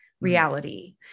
reality